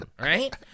right